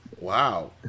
wow